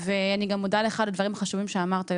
אני גם מודה לך על הדברים החשובים שאמרת,